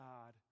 God